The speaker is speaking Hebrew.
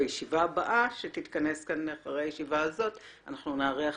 בישיבה הבאה שתתכנס אחרי הישיבה הזו אנחנו נארח